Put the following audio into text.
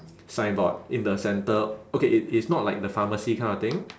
signboard in the centre okay it is not like the pharmacy kind of thing